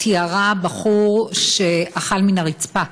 תיארה בחור שאכל מן הרצפה.